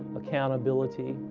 accountability,